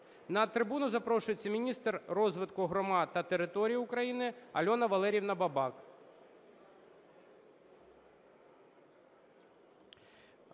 На трибуну запрошується міністр розвитку громад та територій України Альона Валеріївна Бабак.